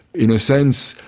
in a sense,